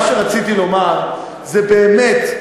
מה שרציתי לומר זה באמת,